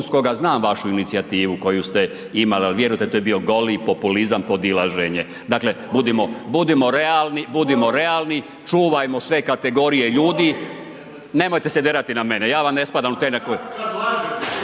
dopunskoga znam vašu inicijativu koju ste imali, ali vjerujte to je bio goli populizam, podilaženje. Dakle, budimo realni, budimo realni, čuvajmo sve kategorije ljudi, nemojte se derati na mene, ja vam ne spadam u te